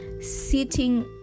sitting